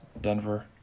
Denver